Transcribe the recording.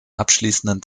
abschließenden